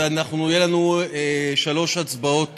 ויהיו לנו שלוש הצבעות,